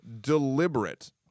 deliberate